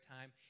time